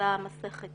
התחילה מסכת